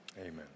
Amen